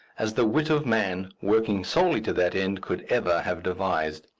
as the wit of man, working solely to that end, could ever have devised.